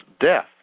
death